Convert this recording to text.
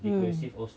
mm